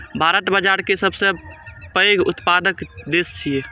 भारत बाजारा के सबसं पैघ उत्पादक देश छियै